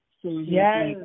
Yes